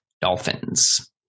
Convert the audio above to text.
Dolphins